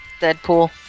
Deadpool